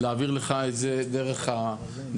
להעביר לך את זה דרך אריאלה,